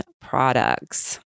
products